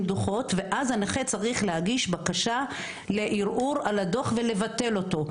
דוחות ואז הנכה צריך להגיש בקשה לערעור על הדוח ולבטל אותו.